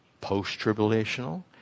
post-tribulational